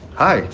hi.